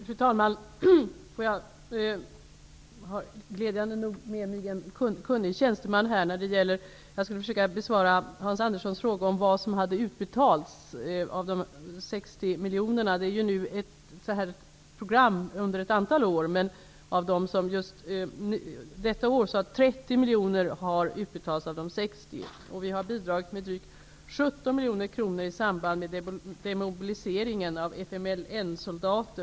Fru talman! Glädjande nog har jag med mig en kunnig tjänsteman som kan hjälpa till när det gäller miljonerna som utbetalats. Det handlar ju om ett program som löper ett antal år, och detta år har 30 Vi har bidragit med 17 miljoner kronor i samband med demobiliseringen av FMLN-soldater.